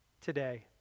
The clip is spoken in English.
today